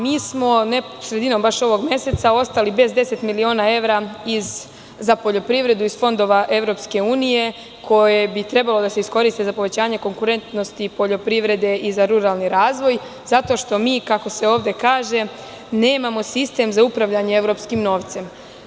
Mi smo sredinom baš ovog meseca ostali baš bez deset miliona evra za poljoprivredu iz fondova EU koji bi trebalo da se iskoriste za povećanje konkurentnosti poljoprivrede i za ruralni razvoj zato što mi, kako se ovde kaže, nemamo sistem za upravljanje evropskim novcem.